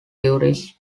tourists